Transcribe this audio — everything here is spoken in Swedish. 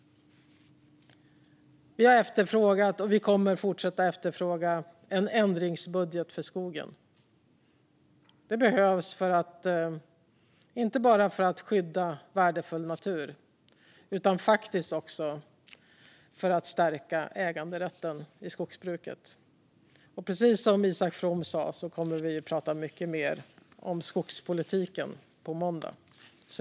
Vi har efterfrågat och vi kommer att fortsätta efterfråga en ändringsbudget för skogen. Det behövs inte bara för att skydda värdefull natur utan också för att stärka äganderätten i skogsbruket. Precis som Isak From sa kommer vi att tala mycket mer om skogspolitiken på måndag.